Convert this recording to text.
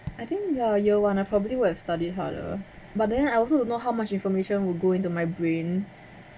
I think ya year one I probably would have study harder but then I also don't know how much information will go into my brain